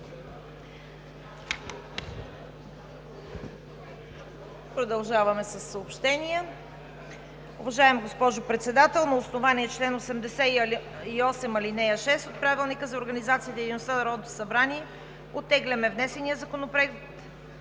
Продължаваме със съобщения: